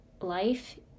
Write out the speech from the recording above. life